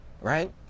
right